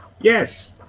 yes